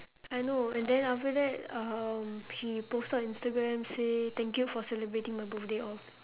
I know and then after that um she posted on instagram say thank you for celebrating my birthday all